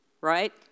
right